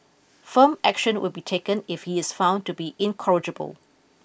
firm action will be taken if he is found to be incorrigible